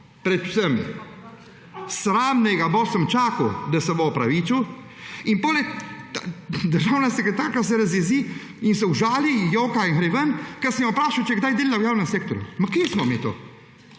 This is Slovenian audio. Pred vsemi. Sram naj ga bo. Sem čakal, da se bo opravičil. In potem je, državna sekretarka se razjezi in se užali in joka in gre ven, ker sem jo vprašal, če je kdaj delala v javnem sektorju. Ma, kje smo mi to?